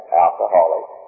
alcoholic